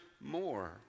more